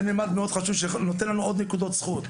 זה ממד מאוד חשוב שנותן לנו עוד נקודות זכות,